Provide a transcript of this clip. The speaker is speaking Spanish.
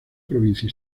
provincia